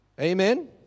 Amen